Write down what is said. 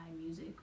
music